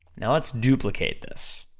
now let's duplicate this.